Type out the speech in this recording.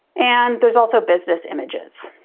and there's also business images.